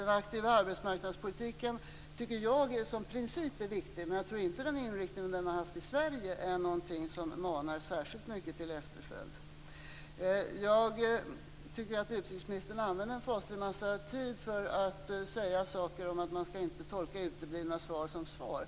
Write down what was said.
Den aktiva arbetsmarknadspolitiken tycker jag är viktig som princip, men jag tror inte att den inriktning den har haft i Sverige är något som manar särskilt mycket till efterföljd. Jag tycker att utrikesministern använde en faslig massa tid till att säga att man inte skall tolka uteblivna svar som svar.